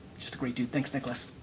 just a great dude, thanks nicholas.